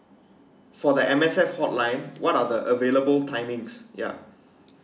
for the M_S_F hotline what are the available timings ya